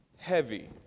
Heavy